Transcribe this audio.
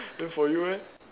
then for you eh